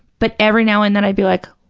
but every now and then i'd be like,